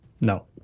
No